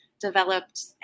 developed